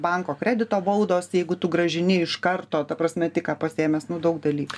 banko kredito baudos jeigu tu grąžini iš karto ta prasme tik ką pasiėmęs nu daug dalykų